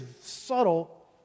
subtle